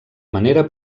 manera